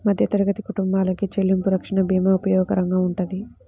మధ్యతరగతి కుటుంబాలకి చెల్లింపు రక్షణ భీమా ఉపయోగకరంగా వుంటది